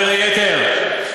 בין היתר,